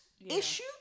issue